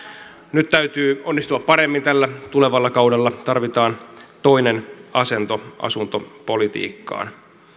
nyt täytyy onnistua paremmin tällä tulevalla kaudella tarvitaan toinen asento asuntopolitiikkaan